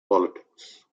politics